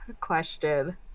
question